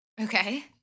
Okay